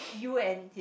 you and his